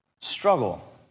struggle